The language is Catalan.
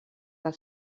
del